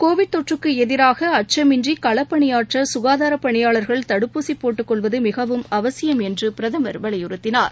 Covid தொற்றுக்கு எதிராக அச்சமின்றி களப்பனியாற்ற சுகாதார பணியாளர்கள் தடுப்பூசி போட்டுக்கொள்வது மிகவும் அவசியம் என்று பிரதமர் வலியுறுத்தினார்